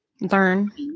learn